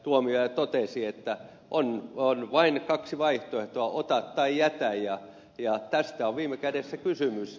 tuomioja totesi että on vain kaksi vaihtoehtoa ota tai jätä ja tästä on viime kädessä kysymys